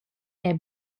era